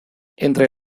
entre